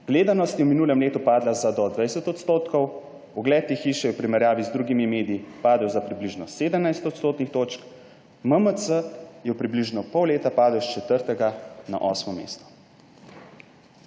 »Gledanost je v minulem letu padla za do 20 %, ugled te hiše je v primerjavi z drugimi mediji padel za približno 17 odstotnih točk, MMC je v približno pol leta padel iz četrtega na osmo mesto.«